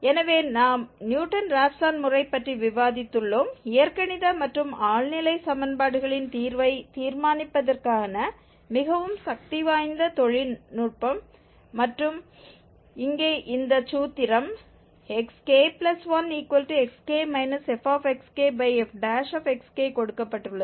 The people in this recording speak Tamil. எனவே நாம் நியூட்டன் ராப்சன் முறை பற்றி விவாதித்துள்ளோம் இயற்கணித மற்றும் ஆழ்நிலை சமன்பாடுகள்களின் தீர்வை தீர்மானிப்பதற்கான மிகவும் சக்திவாய்ந்த நுட்பம் மற்றும் இங்கே இந்த சூத்திரம் xk1xk fxkfxk கொடுக்கப்பட்டுள்ளது